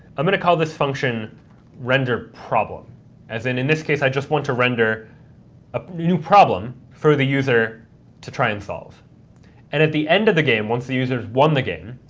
i'm going to call this function render problem as in in this case, i just want to render a new problem for the user to try and solve. and at the end of the game, once the user's won the game,